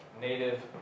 Native